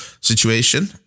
situation